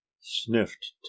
sniffed